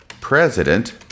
President